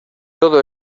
todo